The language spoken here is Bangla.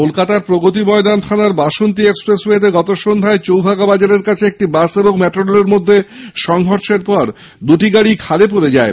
কলকাতার প্রগতি ময়দান থানার বাসন্তী এক্সপ্রেসওয়েতে গত সন্ধ্যায় চৌভাগা বাজারের কাছে একটি বাস ও ম্যাটাডোরের মধ্যে সংঘর্ষের পর দুটি গাড়িই খালে পড়ে যায়